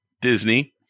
disney